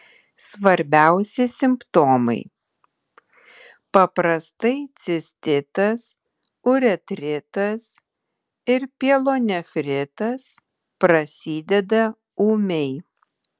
svarbiausi simptomai paprastai cistitas uretritas ir pielonefritas prasideda ūmiai